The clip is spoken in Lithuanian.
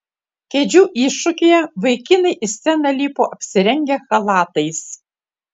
kėdžių iššūkyje vaikinai į sceną lipo apsirengę chalatais